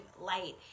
light